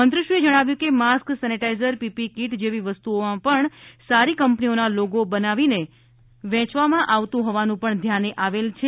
મંત્રીશ્રીએ જણાવ્યું કે માસ્ક સેનેટાઇઝર પીપીઇ કીટ જેવી વસ્તુઓમાં પણ સારી કંપનીઓના લોગો લગાવીને વેચવામાં આવતું હોવાનું પણ ધ્યાને આવેલ છે